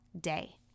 day